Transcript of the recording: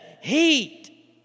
heat